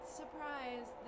surprise